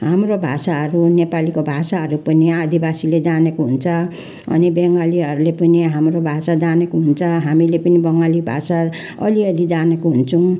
हाम्रो भाषाहरू नेपालीको भाषाहरू पनि आदिवासीले जानेको हुन्छ अनि बङ्गलीहरूले पनि हाम्रो भाषा जानेको हुन्छ हामीले पनि बङ्गाली भाषा अलिअलि जानेको हुन्छौँ